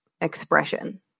expression